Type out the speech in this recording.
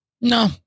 no